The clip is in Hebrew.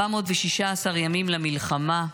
416 ימים למלחמה.